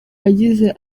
yagize